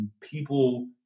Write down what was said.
people